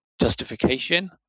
justification